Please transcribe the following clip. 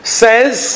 says